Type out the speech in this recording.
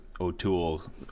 O'Toole